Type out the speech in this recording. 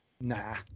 Nah